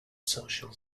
social